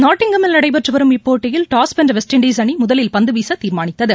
நாட்டிங்காமில் நடைபெற்றுவரும் இப்போட்டியில் டாஸ் வென்றவெஸ்ட் இண்டஸ் அணிமுதலில் பந்துவீசதீர்மானித்தது